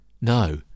no